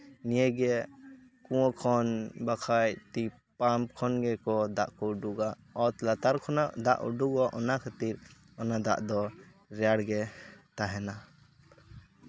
ᱱᱤᱭᱟᱹᱜᱮ ᱠᱩᱣᱟᱹ ᱠᱷᱚᱱ ᱵᱟᱠᱷᱟᱡ ᱛᱤ ᱯᱟᱢᱯ ᱠᱷᱚᱱᱜᱮᱠᱚ ᱫᱟᱜ ᱠᱚ ᱩᱰᱩᱠᱟ ᱚᱛ ᱞᱟᱛᱟᱨ ᱠᱷᱚᱱᱟᱜ ᱫᱟᱜ ᱩᱰᱩᱠᱚᱜ ᱚᱱᱟ ᱠᱷᱟᱹᱛᱤᱨ ᱚᱱᱟ ᱫᱟᱜ ᱫᱚ ᱨᱮᱭᱟᱲ ᱜᱮ ᱛᱟᱦᱮᱸᱱᱟ